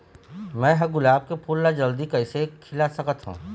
मैं ह गुलाब के फूल ला जल्दी कइसे खिला सकथ हा?